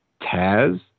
Taz